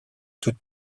toute